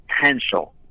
potential